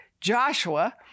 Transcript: Joshua